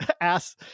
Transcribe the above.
ass